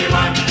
one